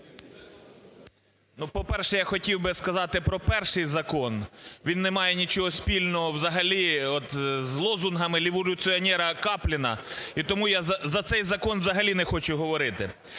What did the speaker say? Ну, по-перше, я хотів би сказати про перший закон, він немає нічого спільного взагалі от з лозунгами революціонера Капліна, і тому я за цей закон взагалі не хочу говорити.